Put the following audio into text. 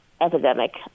epidemic